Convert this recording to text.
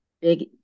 big